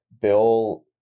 Bill